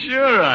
Sure